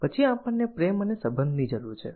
પછી આપણને પ્રેમ અને સંબંધની જરૂર છે